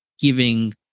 giving